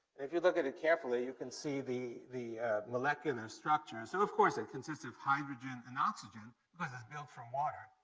if you look at it carefully, you can see the molecular molecular structures. so, of course, it consists of hydrogen and oxygen, because it's built from water.